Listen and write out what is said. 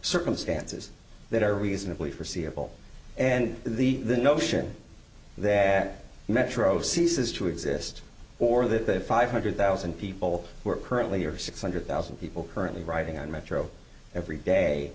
circumstances that are reasonably foreseeable and the notion that metro ceases to exist or the five hundred thousand people were currently or six hundred thousand people currently writing on metro every day